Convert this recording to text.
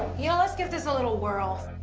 you know let's give this a little whirl.